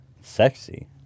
Sexy